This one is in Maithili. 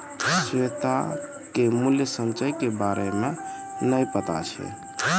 श्वेता के मूल्य संचय के बारे मे नै पता छै